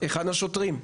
היכן השוטרים?